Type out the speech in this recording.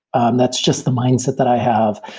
and that's just the mindset that i have.